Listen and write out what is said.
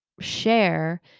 share